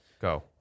go